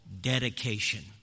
dedication